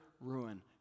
ruin